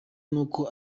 nuko